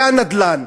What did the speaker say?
זה הנדל"ן.